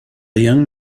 young